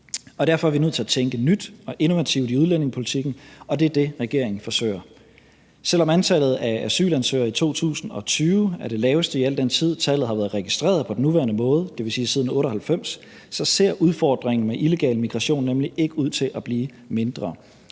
Derfor er vi nødt til at tænke nyt og innovativt i udlændingepolitikken, og det er det, regeringen forsøger. Selv om antallet af asylansøgere i 2020 er det laveste i al den tid, tallet har været registreret på den nuværende måde – dvs. siden 1998 – ser udfordringen med illegal migration nemlig ikke ud til at blive mindre.